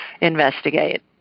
investigate